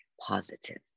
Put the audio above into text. positive